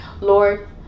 Lord